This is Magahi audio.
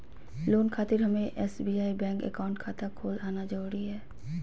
लोन खातिर हमें एसबीआई बैंक अकाउंट खाता खोल आना जरूरी है?